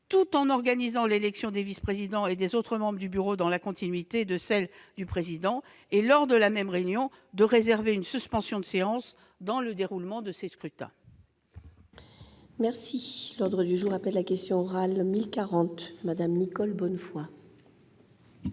tout en organisant l'élection des vice-présidents et des autres membres du bureau dans la continuité de celle du président et lors de la même réunion, de réserver une suspension de séance dans le déroulement de ces scrutins. La parole est à Mme Nicole Bonnefoy,